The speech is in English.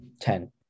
Ten